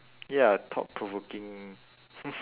ya thought provoking